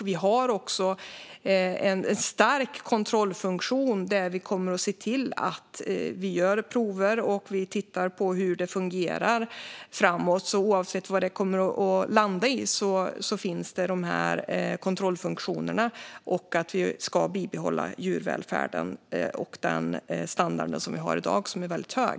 Vi har också en stark kontrollfunktion, där vi kommer att se till att man gör prover och titta på hur det fungerar framåt. Oavsett vad det landar i finns de här kontrollfunktionerna, och vi ska bibehålla djurvälfärden och den väldigt höga standard som vi har i dag.